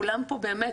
כולם פה באמת.